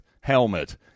helmet